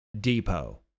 Depot